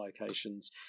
locations